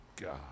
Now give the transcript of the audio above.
God